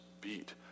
beat